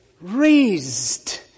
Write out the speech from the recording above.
raised